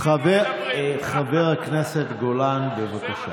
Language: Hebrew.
חבר הכנסת גולן, בבקשה.